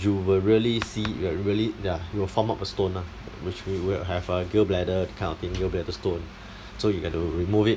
you will really see like really ya it will form up a stone lah which we will have our gall bladder kind of thing gall bladder stone so you have to remove it